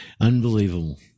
unbelievable